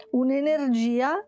un'energia